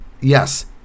Yes